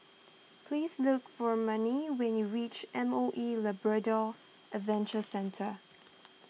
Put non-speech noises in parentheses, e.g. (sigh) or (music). please look for Manie when you reach M O E Labrador Adventure Centre (noise)